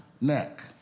neck